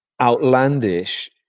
outlandish